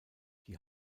die